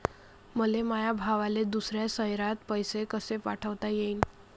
मले माया भावाले दुसऱ्या शयरात पैसे कसे पाठवता येईन?